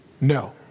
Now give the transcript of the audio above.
No